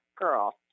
Girl